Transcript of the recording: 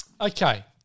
Okay